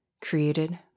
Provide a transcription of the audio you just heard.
Created